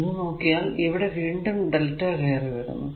ഇനി നോക്കിയാൽ ഇവിടെ വീണ്ടും lrmΔ കയറി വരുന്നു